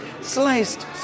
sliced